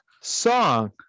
song